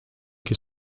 che